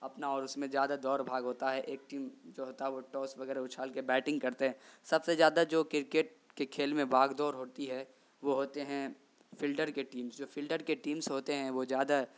اپنا اور اس میں زیادہ دوڑ بھاگ ہوتا ہے ایک ٹیم جو ہوتا ہے وہ ٹاس وغیرہ اچھال کے بیٹنگ کرتے ہیں سب سے زیادہ جو کرکٹ کے کھیل میں بھاگ دور ہوتی ہے وہ ہوتے ہیں فلڈر کے ٹیمس جو فلڈر کے جو ٹیمس ہوتے ہیں وہ زیادہ